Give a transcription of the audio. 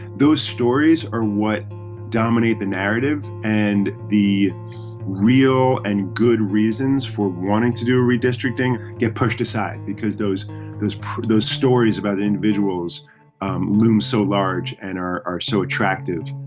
those stories are what dominate the narrative and the real and good reasons for wanting to do a redistricting get pushed aside because those those issues those stories about individuals loom so large and are are so attractive